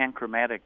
panchromatic